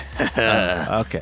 Okay